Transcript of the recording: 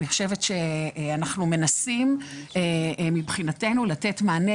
אני חושבת שאנחנו מנסים מבחינתנו לתת מענה